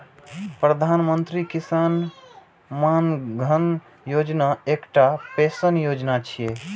प्रधानमंत्री किसान मानधन योजना एकटा पेंशन योजना छियै